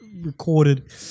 recorded